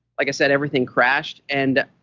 like i said, everything crashed. and